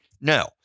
No